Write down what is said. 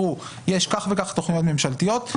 יש כך וכך תכניות ממשלתיות,